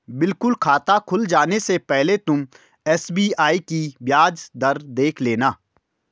बिल्कुल खाता खुल जाने से पहले तुम एस.बी.आई की ब्याज दर देख लेना